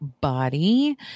body